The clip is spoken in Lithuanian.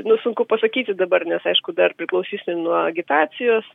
nu sunku pasakyti dabar nes aišku dar priklausysim nuo agitacijos